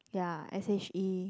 ya s_h_e